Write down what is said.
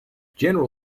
general